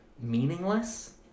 meaningless